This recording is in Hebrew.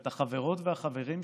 את החברות והחברים שלה,